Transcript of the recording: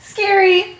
Scary